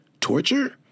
Torture